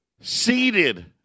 Seated